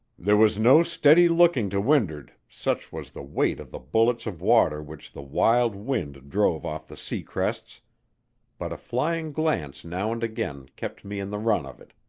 there was no steady looking to wind'ard, such was the weight of the bullets of water which the wild wind drove off the sea crests but a flying glance now and again kept me in the run of it.